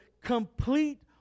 complete